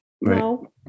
No